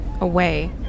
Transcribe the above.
away